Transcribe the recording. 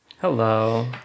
hello